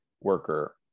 worker